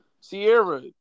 Sierra